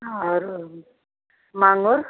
और माँगुर